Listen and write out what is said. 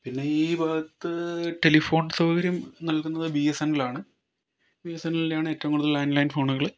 പിന്നേ ഈ ഭാഗത്ത് ടെലിഫോൺ സൗകര്യം നൽക്കുന്നത് ബി എസ് എൻ എൽ ആണ് ബിഎസ്എന്നലിൻറെയാണ് ഏറ്റവും കൂടുതൽ ലാൻഡ് ലൈൻ ഫോണുകള്